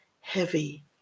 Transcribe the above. Heavy